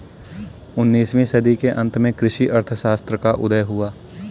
उन्नीस वीं सदी के अंत में कृषि अर्थशास्त्र का उदय हुआ